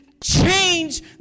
change